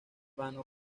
vano